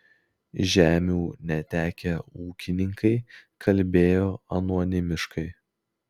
žemių netekę ūkininkai kalbėjo anonimiškai